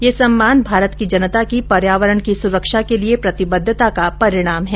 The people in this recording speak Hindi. ये सम्मान भारत की जनता की पर्यावरण की सुरक्षा के लिये प्रतिबद्धता का परिणाम है